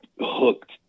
hooked